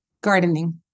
Gardening